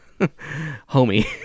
Homie